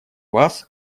вас